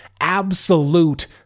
absolute